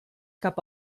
cap